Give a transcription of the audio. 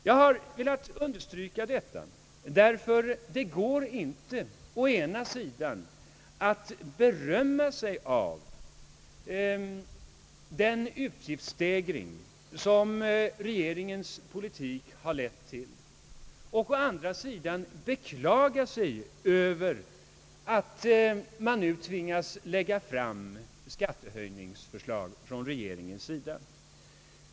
Jag har velat understryka detta därför att det inte går att å ena sidan berömma sig av den utgiftsstegring som regeringens politik har lett till, och å andra sidan beklaga sig över att man nu tvingas lägga fram skattehöjningsförslag från regeringens sida.